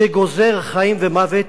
שגוזר חיים ומוות